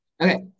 Okay